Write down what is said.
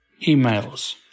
emails